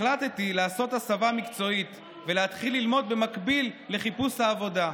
החלטתי לעשות הסבה מקצועית ולהתחיל ללמוד במקביל לחיפוש העבודה.